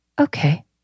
okay